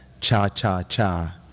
cha-cha-cha